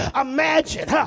Imagine